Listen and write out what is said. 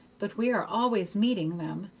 but we are always meeting them,